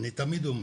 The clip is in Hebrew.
אני תמיד אומר,